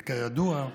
וכידוע,